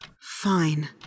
Fine